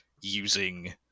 using